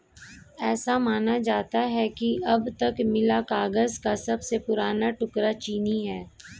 ऐसा माना जाता है कि अब तक मिला कागज का सबसे पुराना टुकड़ा चीनी है